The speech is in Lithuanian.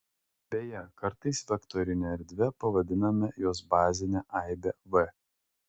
beje kartais vektorine erdve pavadiname jos bazinę aibę v